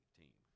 team